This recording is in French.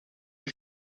fut